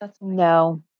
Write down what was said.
No